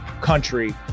country